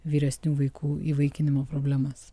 vyresnių vaikų įvaikinimo problemas